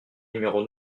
numéro